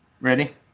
Ready